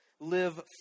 Live